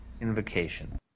invocation